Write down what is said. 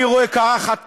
אני רואה קרחת פה,